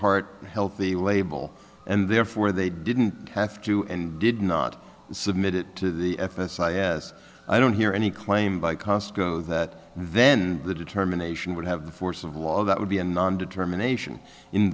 heart healthy label and therefore they didn't have to and did not submit it as i don't hear any claim by costco that then the determination would have the force of law that would be a non determination in